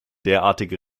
derartige